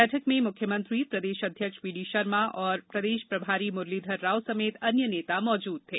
बैठक में मुख्यमंत्री प्रदेश अध्यक्ष वीडी शर्मा और प्रदेश प्रभारी मुरलीधर राव समेत अन्य नेता मौजूद थे